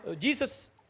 Jesus